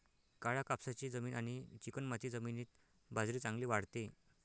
काळ्या कापसाची जमीन आणि चिकणमाती जमिनीत बाजरी चांगली वाढते